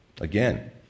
Again